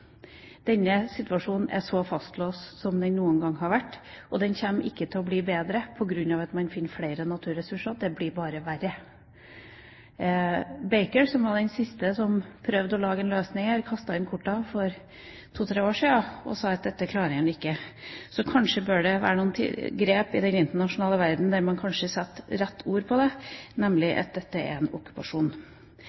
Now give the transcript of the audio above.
Denne situasjonen er mer fastlåst enn den noen gang har vært, og den kommer ikke til å bli bedre når man finner flere naturressurser, den blir bare verre. Baker, som var den siste som prøvde å lage en løsning her, kastet inn kortene for to–tre år siden og sa at dette klarte han ikke. Kanskje bør det tas noen grep i den internasjonale verdenen der man setter rett ord på dette, nemlig